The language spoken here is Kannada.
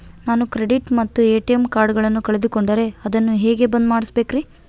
ನಾನು ಕ್ರೆಡಿಟ್ ಮತ್ತ ಎ.ಟಿ.ಎಂ ಕಾರ್ಡಗಳನ್ನು ಕಳಕೊಂಡರೆ ಅದನ್ನು ಹೆಂಗೆ ಬಂದ್ ಮಾಡಿಸಬೇಕ್ರಿ?